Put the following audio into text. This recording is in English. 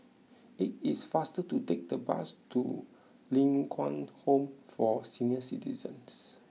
it is faster to take the bus to Ling Kwang Home for Senior Citizens